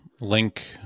link